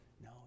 no